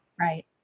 right